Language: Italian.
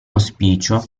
auspicio